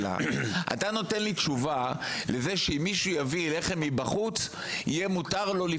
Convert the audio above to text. אתה נותן לי תשובה לזה שאם מישהו יביא לחם מבחוץ יהיה מותר לו,